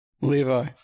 Levi